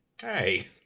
Hey